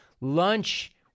Lunch